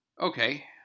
Okay